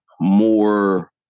more